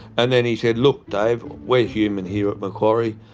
and then he said, look, dave, we're human here at macquarie.